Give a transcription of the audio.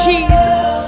Jesus